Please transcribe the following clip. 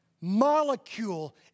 molecule